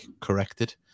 corrected